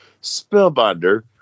Spellbinder